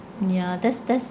yeah that's that's